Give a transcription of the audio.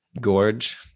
gorge